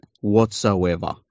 whatsoever